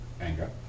anger